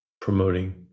promoting